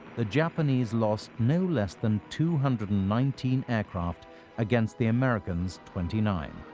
the japanese lost no less than two hundred and nineteen aircraft against the americans' twenty nine,